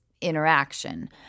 interaction